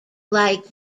like